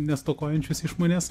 nestokojančius išmonės